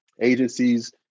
agencies